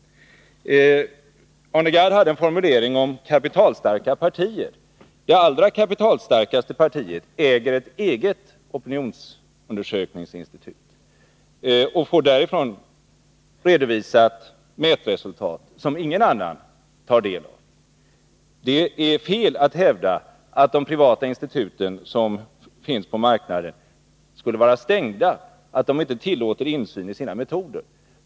Arne Gadd hade en formulering om kapitalstarka partier. Det allra kapitalstarkaste partiet äger ett eget opinionsundersökningsinstitut och får därifrån redovisat mätresultat, som ingen annan får ta del av. Det är fel att hävda att de privata instituten på marknaden skulle vara stängda och inte tillåter insyn i sina metoder.